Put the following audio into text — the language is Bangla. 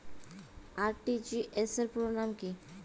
আর.টি.জি.এস র পুরো নাম কি?